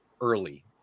early